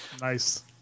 Nice